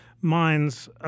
minds